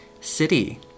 city